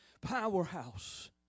Powerhouse